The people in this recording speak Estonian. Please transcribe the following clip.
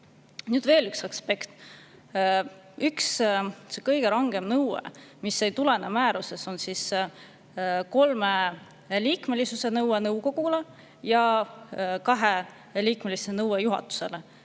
Nüüd veel üks aspekt. Üks kõige rangem nõue, mis ei tulene määrusest, on kolmeliikmelisuse nõue nõukogule ja kaheliikmelisuse nõue juhatusele.